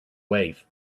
wave